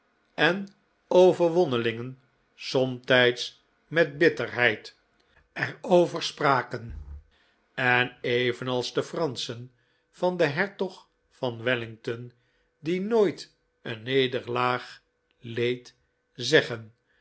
en overwonnelingen somtijds met bitterheid er over spraken en evenals de franschen van den hertog van wellington die nooit een nederlaag leed zeggen